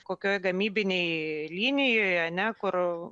kokioj gamybinėj linijoj ane kur